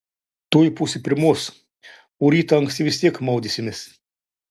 tuoj pusė pirmos o rytą anksti vis tiek maudysimės